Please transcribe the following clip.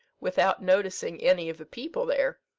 without noticing any of the people there,